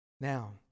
Now